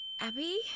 Abby